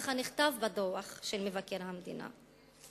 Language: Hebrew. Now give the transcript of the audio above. כך נכתב בדוח של מבקר המדינה.